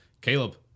Caleb